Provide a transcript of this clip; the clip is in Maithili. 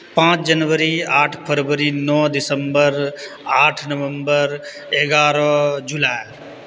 पाँच जनवरी आठ फरवरी नओ दिसम्बर आठ नवम्बर एगारह जुलाइ